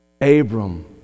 Abram